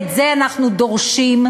ואת זה אנחנו דורשים,